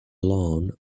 lawn